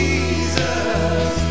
Jesus